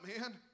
man